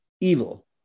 evil